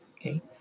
okay